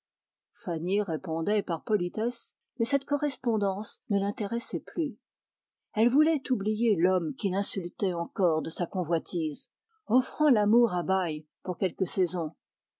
fanny répondait par politesse mais cette correspondance ne l'intéressait plus elle voulait oublier l'homme qui l'insultait encore de sa convoitise offrant l'amour à bail pour quelques saisons